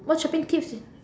what shopping tips